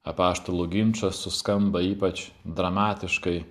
apaštalų ginčas suskamba ypač dramatiškai